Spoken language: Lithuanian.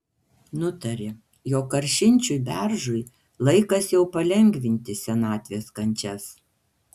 nutarė jog karšinčiui beržui laikas jau palengvinti senatvės kančias